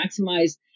maximize